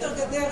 קילומטר גדר,